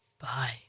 Bye